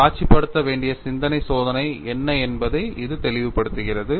நாம் காட்சிப்படுத்த வேண்டிய சிந்தனை சோதனை என்ன என்பதை இது தெளிவுபடுத்துகிறது